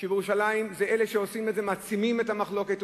שאלה שעושים את זה מעצימים את המחלוקת.